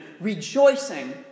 rejoicing